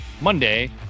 Monday